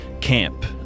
camp